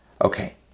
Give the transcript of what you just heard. Okay